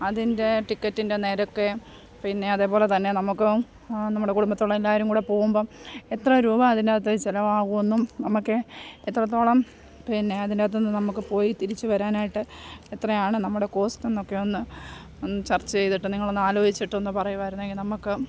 അതിൻ്റെ ടിക്കറ്റിൻ്റെ നിരക്ക് പിന്നെ അതെ പോലെ തന്നെ നമുക്കും നമ്മുടെ കുടുംബത്തുള്ള എല്ലാവരും കൂടെ പോകുമ്പം എത്ര രൂപ അതിൻറ്റകത്ത് ചിലവാകുമെന്നും നമുക്ക് എത്രത്തോളം പിന്നെ അതിൻറ്റകത്ത് നിന്ന് നമുക്ക് പോയി തിരിച്ചുവരാനായിട്ട് എത്രയാണ് നമ്മുടെ കോസ്റ്റെന്നൊക്കയൊന്ന് ഒന്ന് ചർച്ച ചെയ്തിട്ട് നിങ്ങളൊന്ന് ആലോചിച്ചിട്ടൊന്ന് പറയുമായിരുന്നെങ്കിൽ നമുക്ക്